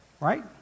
Right